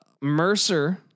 Mercer